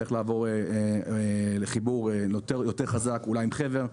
צריך לעבור לחיבור יותר חזק אולי עם חבר.